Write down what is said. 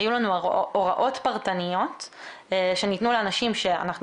היו לנו הוראות פרטניות שניתנו לאנשים שאנחנו